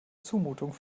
zumutung